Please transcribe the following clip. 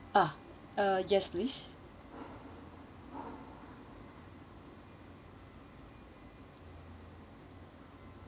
ah uh yes please